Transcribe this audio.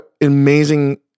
amazing